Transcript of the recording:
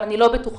אבל אני לא בטוחה